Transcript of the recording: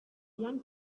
young